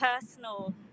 personal